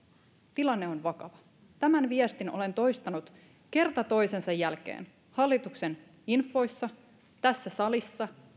tilanne on vakava tämän viestin olen toistanut kerta toisensa jälkeen hallituksen infoissa tässä salissa